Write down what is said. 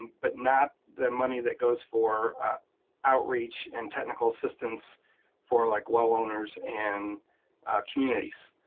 but not the money that goes for outreach and technical assistance for like well owners and communities.